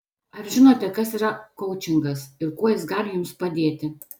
ar žinote kas yra koučingas ir kuo jis gali jums padėti